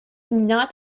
not